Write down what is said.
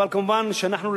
אבל כמובן שאנחנו,